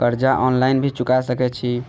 कर्जा ऑनलाइन भी चुका सके छी?